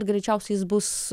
greičiausiai jis bus